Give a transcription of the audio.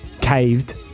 caved